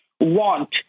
want